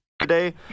Today